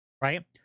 Right